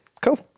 Cool